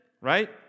right